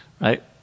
right